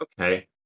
Okay